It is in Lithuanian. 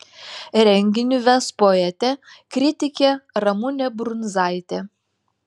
renginį ves poetė kritikė ramunė brundzaitė